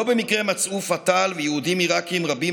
לא במקרה מצאו פתאל ויהודים עיראקים רבים